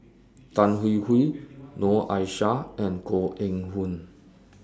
Tan Hwee Hwee Noor Aishah and Koh Eng Hoon